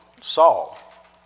Saul